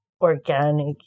organic